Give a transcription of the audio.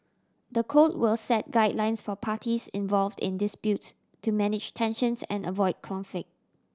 the code will set guidelines for parties involved in disputes to manage tensions and avoid conflict